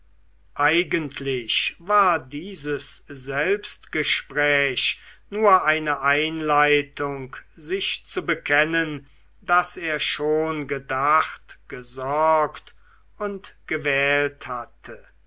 eigentlich war dieses selbstgespräch nur eine einleitung sich zu bekennen daß er schon gedacht gesorgt gesucht und gewählt hatte